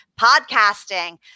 podcasting